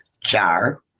Jar